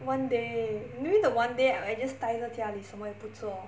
one day maybe the one day I just 呆在家里什么也不做